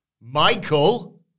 Michael